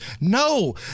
No